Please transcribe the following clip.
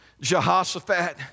Jehoshaphat